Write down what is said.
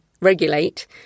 regulate